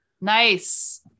Nice